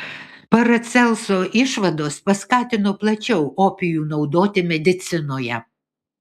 paracelso išvados paskatino plačiau opijų naudoti medicinoje